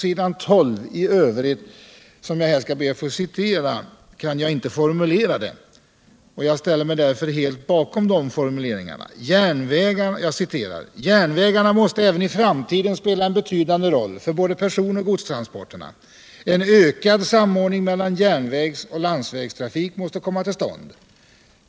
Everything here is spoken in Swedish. I övrigt kan jag inte formulera det bättre än vad som står på s. 12 i utskottsbetänkandet: ”Järnvägarna måste även i framtiden spela en betydande roll för både personoch godstransporterna. En ökad samordning mellan järnvägsoch landsvägstrafik måste komma till stånd.